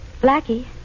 Blackie